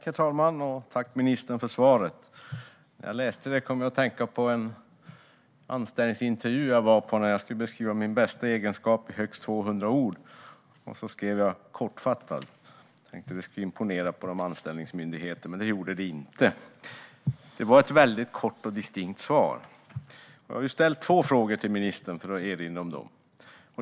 Herr talman! Tack, ministern, för svaret! När jag läste det kom jag att tänka på en anställningsintervju jag var på, där jag skulle beskriva min bästa egenskap med högst 200 ord. Jag skrev: Kortfattad. Jag tänkte att det skulle imponera på anställningsmyndigheten, men det gjorde det inte. Det var ett väldigt kort och distinkt svar. Jag har ställt två frågor till ministern. Jag ska erinra om dem.